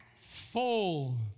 Full